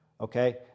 okay